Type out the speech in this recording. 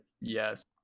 Yes